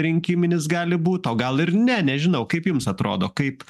rinkiminis gali būti o gal ir ne nežinau kaip jums atrodo kaip